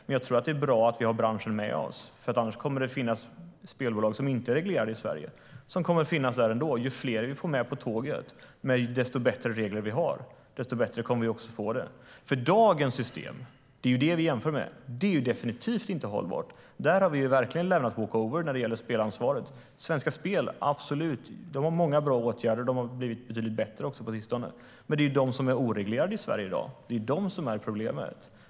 Jag tror dock att det är bra att vi har branschen med oss, för annars kommer det att finnas spelbolag som inte är reglerade i Sverige men som kommer att finnas här ändå. Dagens system, vilket är vad vi jämför med, är definitivt inte hållbart. Där har vi verkligen lämnat walk over när det gäller spelansvaret. Svenska Spel har absolut många bra åtgärder, och de har också blivit betydligt bättre på sistone. Det är de som är oreglerade i Sverige i dag som är problemet.